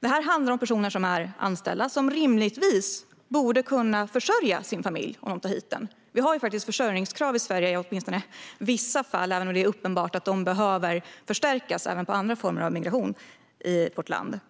det här handlar om personer som är anställda och som rimligtvis borde kunna försörja sin familj om de tar hit den. Vi har faktiskt försörjningskrav i Sverige, åtminstone i vissa fall, även om det är uppenbart att de behöver förstärkas även för andra former av migration till vårt land.